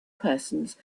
persons